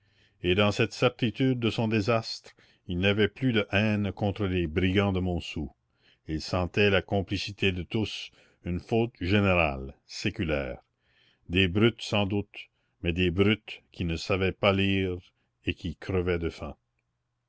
et dans cette certitude de son désastre il n'avait plus de haine contre les brigands de montsou il sentait la complicité de tous une faute générale séculaire des brutes sans doute mais des brutes qui ne savaient pas lire et qui crevaient de faim